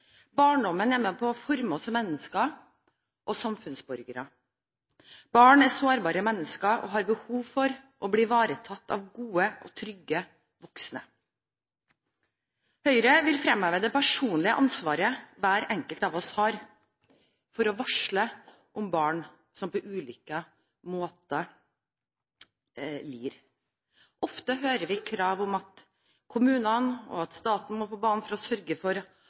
Barndommen er med på å forme oss som mennesker og samfunnsborgere. Barn er sårbare mennesker og har behov for å bli ivaretatt av gode og trygge voksne. Høyre vil fremheve det personlige ansvaret hver enkelt av oss har for å varsle om barn som på ulike måter lider. Ofte hører vi krav om at kommunene og staten må på banen for å sørge for